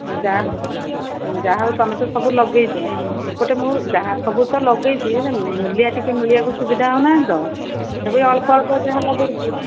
ଯାହା ହଉ ଯାହା ହଉ ତୁମେ ତ ସବୁ ଲଗେଇଛ ଏପଟେ ମୁଁ ଯାହା ସବୁ ତ ଲଗେଇଛି ମୁଲିଆ ଟିକିଏ ମିଳିବାକୁ ସୁବିଧା ହଉନାହାନ୍ତି ତ ସବୁ ଅଳ୍ପ ଅଳ୍ପ ଯାହା ଲଗେଇଛି